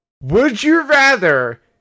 Would-you-rather